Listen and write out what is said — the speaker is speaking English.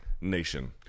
Nation